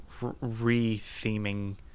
re-theming